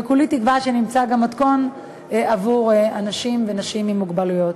וכולי תקווה שנמצא גם מתכון עבור אנשים ונשים עם מוגבלויות.